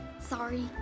Sorry